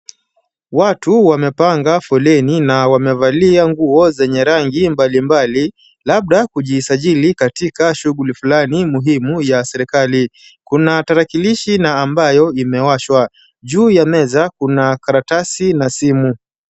Watu wamepanga foleni na wamevalia nguo zenye rangi mbali mbali labda kujisajili katika shughuli fulani muhimu ya serekali. Kuna tarakilisha na ambayo imewashwa, juu ya meza kuna karatasi na simu.